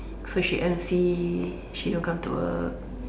cause she M_C she don't come to work